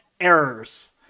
errors